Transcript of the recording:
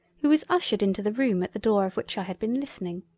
who was ushured into the room at the door of which i had been listening.